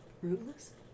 Rootless